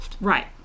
right